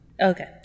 Okay